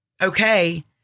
okay